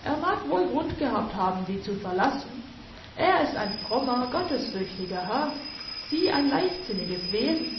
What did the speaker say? er mag wohl grund gehabt haben sie zu verlassen er ist ein frommer gottesfürchtiger herr sie ein leichtsinniges wesen